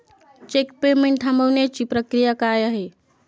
Check payment थांबवण्याची प्रक्रिया काय आहे?